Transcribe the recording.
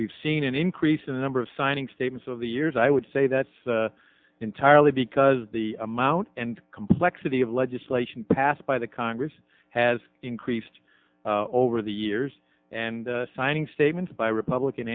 we've seen an increase in the number of signing statements of the years i would say that's entirely because the amount and complexity of legislation passed by the congress has increased over the years and signing statements by republican